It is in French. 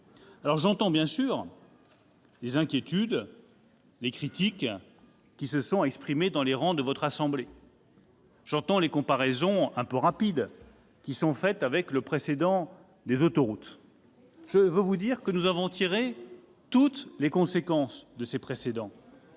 j'entends bien sûr les inquiétudes, les critiques qui se sont exprimées dans les rangs de votre assemblée. J'entends les comparaisons, un peu rapides, qui sont faites avec le précédent des autoroutes. Je veux vous dire que nous avons tiré toutes les conséquences de ces précédents.